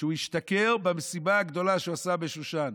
כשהוא השתכר במסיבה הגדולה שהוא עשה בשושן.